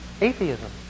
Atheism